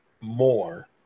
more